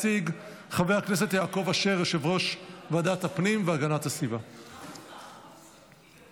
אושרה בקריאה ראשונה וחוזרת לדיון